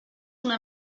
una